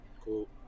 Cool